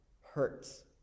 hurts